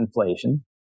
inflation